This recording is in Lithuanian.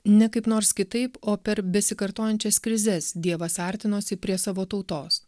ne kaip nors kitaip o per besikartojančias krizes dievas artinosi prie savo tautos